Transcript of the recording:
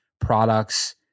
products